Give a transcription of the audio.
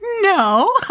no